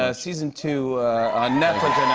ah season two on netflix.